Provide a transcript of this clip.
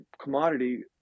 commodity